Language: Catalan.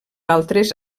altres